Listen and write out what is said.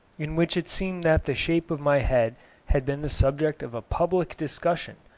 in which it seemed that the shape of my head had been the subject of a public discussion,